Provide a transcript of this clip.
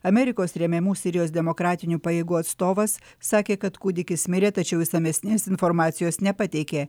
amerikos remiamų sirijos demokratinių pajėgų atstovas sakė kad kūdikis mirė tačiau išsamesnės informacijos nepateikė